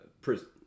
prison